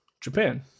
Japan